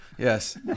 Yes